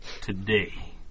Today